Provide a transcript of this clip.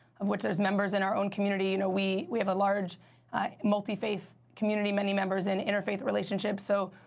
of which there's members in our own community. you know, we we have a large multifaith community, many members in interfaith relationships. so,